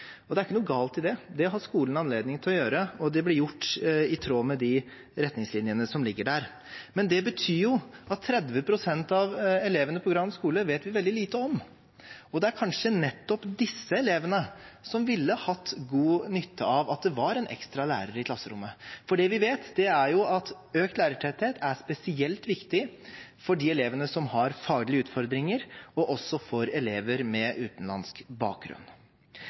Det er ikke noe galt i det, det har skolene anledning til å gjøre. Og det ble gjort, i tråd med de retningslinjene som ligger der. Men det betyr at 30 pst. av elevene på Gran skole vet vi veldig lite om, og det er kanskje nettopp disse elevene som ville hatt god nytte av at det var en ekstra lærer i klasserommet. Det vi vet, er at økt lærertetthet er spesielt viktig for de elevene som har faglige utfordringer, og også for elever med utenlandsk bakgrunn.